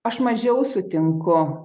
aš mažiau sutinku